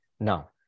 Now